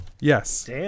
Yes